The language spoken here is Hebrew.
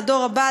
לדור הבא,